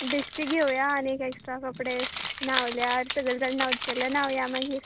बिस्टे घेवया आनी एक्स्ट्रा कपडे न्हांवल्यार सगळे जाण न्हांवता जाल्यार न्हांवया मागीर